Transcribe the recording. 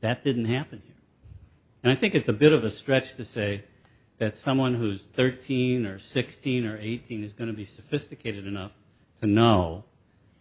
that didn't happen and i think it's a bit of a stretch to say that someone who's thirteen or sixteen or eighteen is going to be sophisticated enough to know